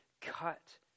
cut